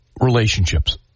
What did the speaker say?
relationships